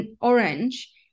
orange